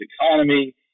economy